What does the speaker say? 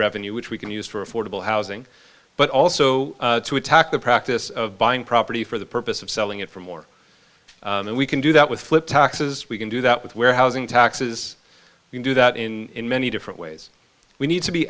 revenue which we can use for affordable housing but also to attack the practice of buying property for the purpose of selling it for more and we can do that with flip taxes we can do that with warehousing taxes you can do that in many different ways we need